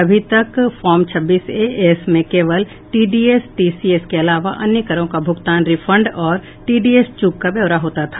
अभी तक फार्म छब्बीस ए एस में केवल टीडीएस टीसीएस के अलावा अन्य करों का भूगतान रिफंड और टीडीएस चूक का ब्योरा होता था